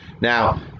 Now